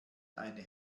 eine